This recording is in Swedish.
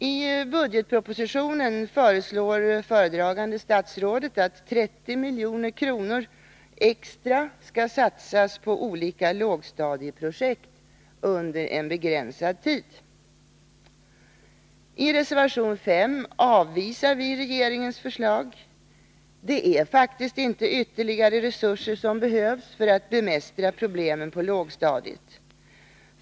I budgetpropositionen föreslår föredragande statsrådet att 30 milj.kr. extra skall satsas på olika lågstadieprojekt under en begränsad tid. I reservation 5 avvisar vi regeringens förslag. Det är faktiskt inte ytterligare resurser som behövs för att bemästra problemen på lågstadiet.